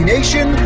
Nation